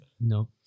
No